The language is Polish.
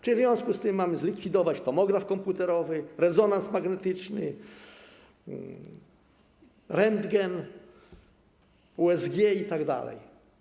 Czy w związku z tym mamy zlikwidować tomograf komputerowy, rezonans magnetyczny, rentgen, USG itd.